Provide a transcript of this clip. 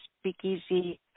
Speakeasy